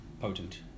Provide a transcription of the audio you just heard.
potent